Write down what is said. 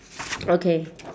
okay